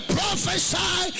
prophesy